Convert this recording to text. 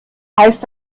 heißt